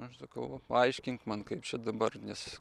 aš sakau paaiškink man kaip čia dabar nes